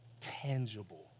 tangible